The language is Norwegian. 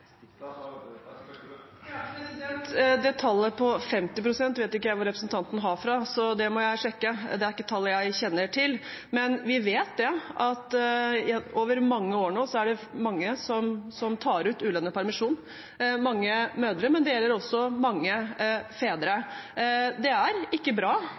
Tallet på 50 pst. vet ikke jeg hvor representanten har fra, så det må jeg sjekke. Det er ikke et tall jeg kjenner til. Men vi vet at det over mange år har vært mange som tar ut ulønnet permisjon. Det gjelder mange mødre og også mange fedre. Det er ikke bra